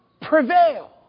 prevail